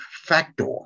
factor